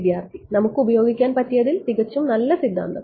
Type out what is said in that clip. വിദ്യാർത്ഥി നമുക്ക് ഉപയോഗിക്കാൻ പറ്റിയതിൽ തികച്ചും നല്ല സിദ്ധാന്തം